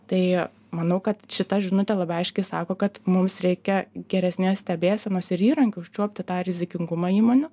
tai manau kad šita žinutė labai aiškiai sako kad mums reikia geresnės stebėsenos ir įrankių užčiuopti tą rizikingumą įmonių